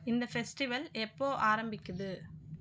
இந்த ஃபெஸ்டிவல் எப்போது ஆரம்பிக்குது